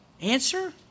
answer